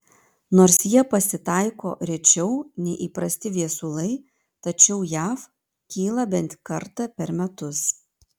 nors jie pasitaiko rečiau nei įprasti viesulai tačiau jav kyla bent kartą per metus